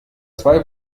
zwei